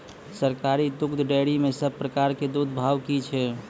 सरकारी दुग्धक डेयरी मे सब प्रकारक दूधक भाव की छै?